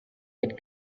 had